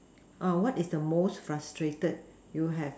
oh what is the most frustrated you have